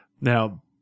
Now